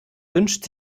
wünscht